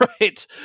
Right